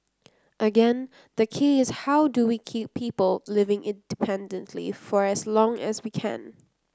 again the key is how do we keep people living independently for as long as we can